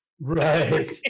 right